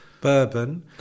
bourbon